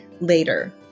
later